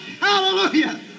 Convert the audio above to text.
Hallelujah